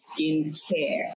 skincare